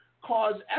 cause